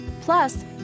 Plus